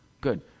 good